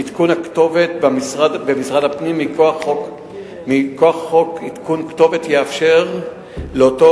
עדכון הכתובת במשרד הפנים מכוח חוק עדכון כתובת יאפשר לאותו